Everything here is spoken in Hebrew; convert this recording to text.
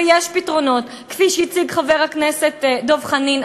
ויש פתרונות, כפי שהציג חבר הכנסת דב חנין.